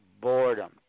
boredom